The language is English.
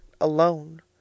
alone